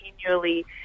continually